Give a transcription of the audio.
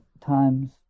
time's